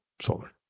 solar